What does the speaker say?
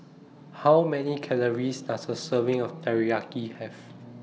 How Many Calories Does A Serving of Teriyaki Have